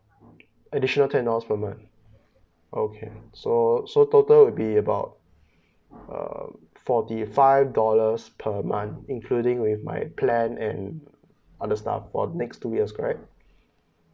additional ten dollars per month okay so so total will be about uh forty five dollars per month including with my plan and other stuff for next two years correct